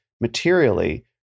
materially